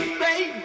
baby